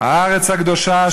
"הארץ הקדושה,